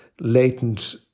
latent